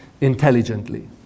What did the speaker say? intelligently